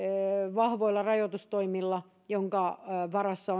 vahvoilla rajoitustoimillakin joiden varassa